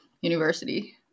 university